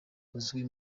uzwi